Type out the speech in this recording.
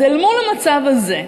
אז אל מול המצב הזה,